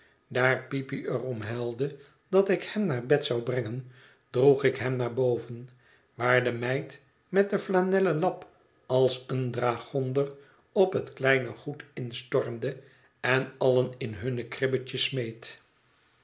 daar peepy er om huilde dat ik hem naar bed zou brengen droeg ik hem naar boven waar de meid met den flanellen lap als een dragonder op het kleine goed instormde en allen in hunne kribbetjes smeet